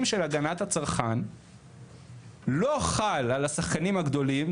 של הגנת הצרכן לא חל על השחקנים הגדולים,